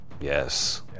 Yes